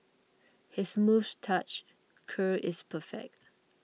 his moustache curl is perfect